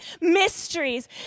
mysteries